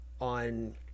on